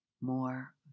more